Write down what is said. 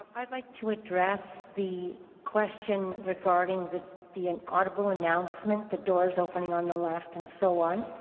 i'd like to address the question regarding the the and audible announcement, the doors opening on the left and so on,